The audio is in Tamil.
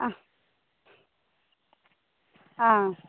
ஆ ஆ